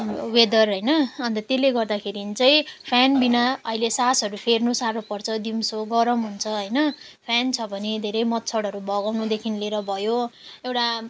weather होइन अन्त त्यसले गर्दाखेरि चाहिँ फेनविना अहिले श्वासहरू फेर्नु साह्रो पर्छ दिउँसो गरम हुन्छ होइन फेन छ भने धेरै मच्छरहरू भगाउनुदेखि लिएर भयो एउटा